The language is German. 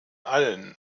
allen